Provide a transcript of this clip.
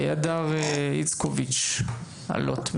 הדר איצקוביץ', אלו"ט.